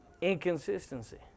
Inconsistency